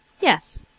Yes